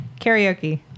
karaoke